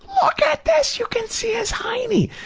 look at this, you can see his heinie.